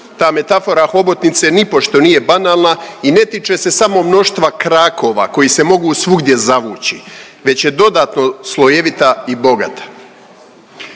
Ta metafora hobotnice nipošto nije banalna i ne tiče se samo mnoštva krakova koji se mogu svugdje zavući već je dodatno slojevita i bogata.